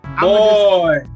Boy